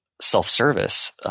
self-service